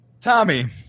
Tommy